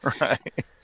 Right